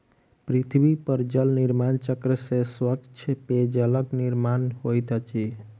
पृथ्वी पर जल निर्माण चक्र से स्वच्छ पेयजलक निर्माण होइत अछि